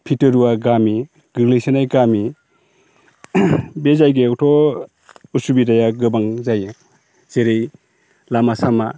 भिथरुवा गामि गोग्लैसोनाय गामि बे जायगायावथ' असुबिदाया गोबां जायो जेरै लामा सामा